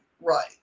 Right